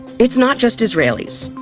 it's not just israelis.